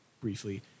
briefly